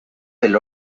del